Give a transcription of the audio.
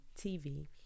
TV